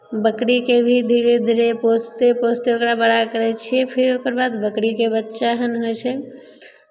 बकरीके भी धीरे धीरे पोसिते पोसिते ओकरा बड़ा करै छी फिर ओकर बाद बकरीके बच्चा हन होइ छै